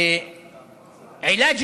(אומר דברים